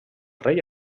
rei